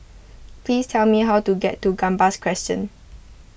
please tell me how to get to Gambas Crescent